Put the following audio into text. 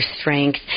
strength